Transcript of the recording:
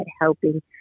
helping